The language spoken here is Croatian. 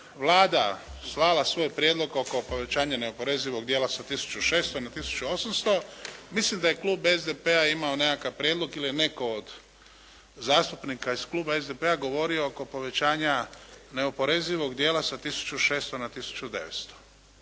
Vlada slala svoj prijedlog oko povećanja neoporezivog dijela sa 1600 na 1800 milim da je Klub SDP-a imao nekakav prijedlog ili je neko od zastupnika iz Kluba SDP-a govorio oko povećanja neoporezivog dijela sa 1600 na 1900.